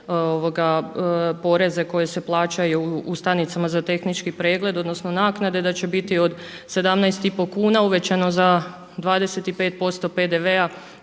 poreze koje se plaćaju u stanicama za tehnički pregled odnosno naknade da će biti od 17,5 kuna uvećano za 25% PDV-a